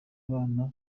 abana